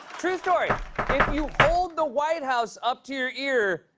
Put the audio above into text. true story if you hold the white house up to your ear,